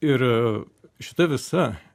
ir šita visa